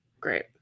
Great